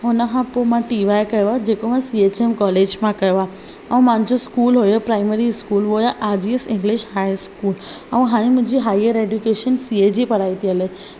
हुन खां पोइ मां टी वाय कयो आहे जेको मां सी एच एम कॉलेज मां कयो आहे ऐं मुंहिंजो स्कुल हुयो primary high R G S English high school ऐं हाणे मुंहिंजी हायर एजुकेशन सी ए जी पढ़ाई थी हले